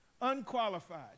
unqualified